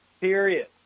Period